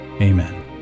Amen